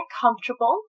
comfortable